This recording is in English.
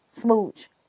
smooch